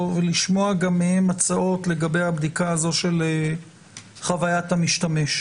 ולשמוע גם מהם הצעות לגבי הבדיקה של חווית המשתמש.